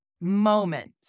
Moment